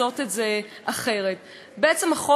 בעצם החוק הזה מבקש לעקוף את בג"ץ,